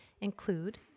include